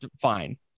fine